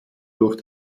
durch